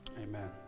Amen